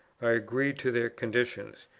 i agreed to their conditions.